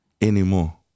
anymore